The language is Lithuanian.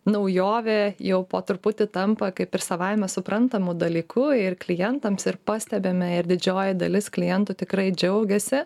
naujovė jau po truputį tampa kaip ir savaime suprantamu dalyku ir klientams ir pastebime ir didžioji dalis klientų tikrai džiaugiasi